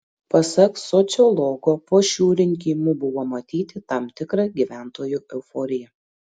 pasak sociologo po šių rinkimų buvo matyti tam tikra gyventojų euforija